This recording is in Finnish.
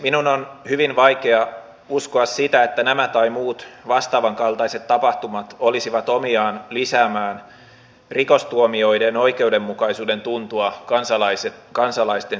minun on hyvin vaikea uskoa sitä että nämä tai muut vastaavan kaltaiset tapahtumat olisivat omiaan lisäämään rikostuomioiden oikeudenmukaisuuden tuntua kansalaisten silmissä